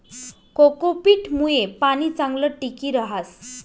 cocopeat मुये पाणी चांगलं टिकी रहास